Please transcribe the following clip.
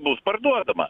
bus parduodama